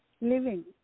living